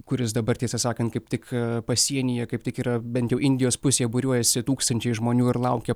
kuris dabar tiesą sakant kaip tik pasienyje kaip tik yra bent jau indijos pusėje būriuojasi tūkstančiai žmonių ir laukia